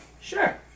Sure